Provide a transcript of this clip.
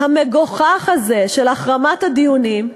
המגוחך הזה של החרמת הדיונים,